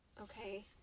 Okay